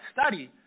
study